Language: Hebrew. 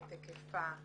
את היקפה,